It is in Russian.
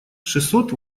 шестьсот